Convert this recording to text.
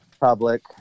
public